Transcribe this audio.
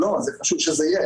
-- חשוב שזה יהיה,